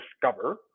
discover